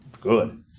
good